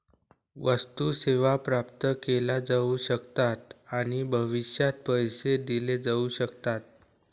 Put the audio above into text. वस्तू, सेवा प्राप्त केल्या जाऊ शकतात आणि भविष्यात पैसे दिले जाऊ शकतात